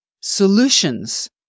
solutions